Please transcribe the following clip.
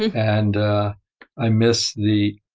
and i miss the